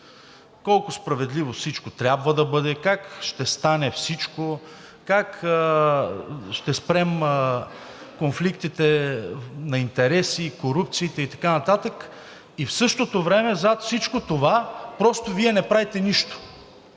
колко справедливо всичко трябва да бъде, как ще стане всичко, как ще спрем конфликтите на интереси, корупцията и така нататък, а в същото време зад всичко това просто Вие не правите нищо.